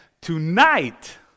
tonight